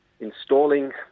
installing